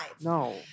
No